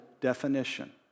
definition